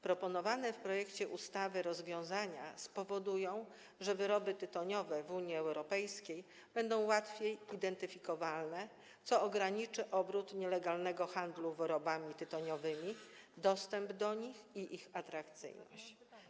Proponowane w projekcie ustawy rozwiązania spowodują, że wyroby tytoniowe w Unii Europejskiej będą łatwiej identyfikowalne, co ograniczy obrót nimi w ramach nielegalnego handlu wyrobami tytoniowymi, dostęp do nich i ich atrakcyjność.